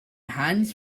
hands